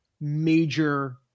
major